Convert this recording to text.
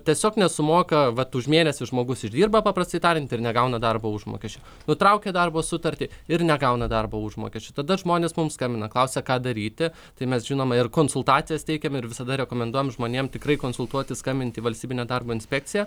tiesiog nesumoka vat už mėnesį žmogus uždirba paprastai tariant ir negauna darbo užmokesčio nutraukia darbo sutartį ir negauna darbo užmokesčio tada žmonės mums skambina klausia ką daryti tai mes žinoma ir konsultacijas teikiame ir visada rekomenduojam žmonėm tikrai konsultuotis skambinti į valstybinę darbo inspekciją